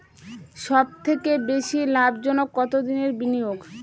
সবথেকে বেশি লাভজনক কতদিনের বিনিয়োগ?